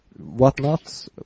whatnot